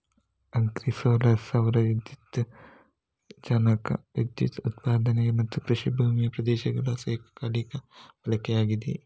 agri solar ಸೌರ ದ್ಯುತಿ ವಿದ್ಯುಜ್ಜನಕ ವಿದ್ಯುತ್ ಉತ್ಪಾದನೆ ಮತ್ತುಕೃಷಿ ಭೂಮಿಯ ಪ್ರದೇಶಗಳ ಏಕಕಾಲಿಕ ಬಳಕೆಯಾಗಿದೆ